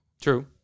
True